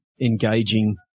engaging